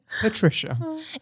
Patricia